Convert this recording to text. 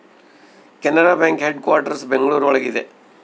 Canara bank headquarters Bengaluru ಒಳಗ ಇದೆ